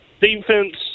defense